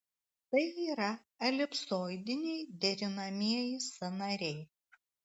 tai yra elipsoidiniai derinamieji sąnariai